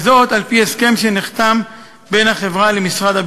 וזאת על-פי הסכם שנחתם בין החברה למשרד הביטחון.